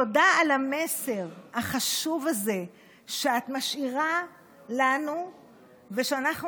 תודה על המסר החשוב הזה שאת משאירה לנו ושאנחנו